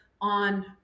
on